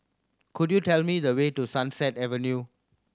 could you tell me the way to Sunset Avenue